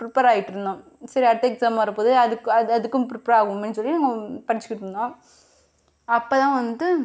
prepare ஆகிட்டுருந்தோம் சரி அடுத்த எக்ஸாம் வர போகுது அதுக்கு அதுக்கும் ப்ரிப்பேர் ஆகணும்னு சொல்லி நாங்கள் படிச்சிக்கிட்டு இருந்தோம் அப்போ தான் வந்து